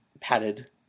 padded